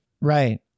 Right